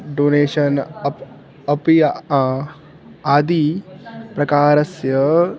donation app अपि आदिप्रकारस्य